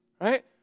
Right